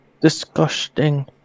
Disgusting